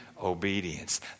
obedience